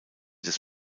des